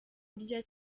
kurya